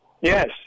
Yes